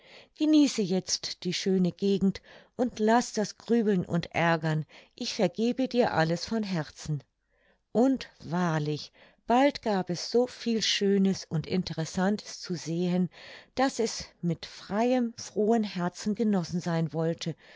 genieße jetzt die schöne gegend und laß das grübeln und aergern ich vergebe dir alles von herzen und wahrlich bald gab es so viel schönes und interessantes zu sehen daß es mit freiem frohem herzen genossen sein wollte